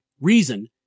Reason